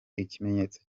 ikimenyetso